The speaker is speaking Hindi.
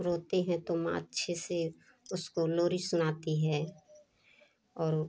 रोते हैं तो माँ अच्छे से उसको लोरी सुनाती है और